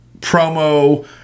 promo